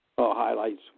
Highlights